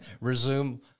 resume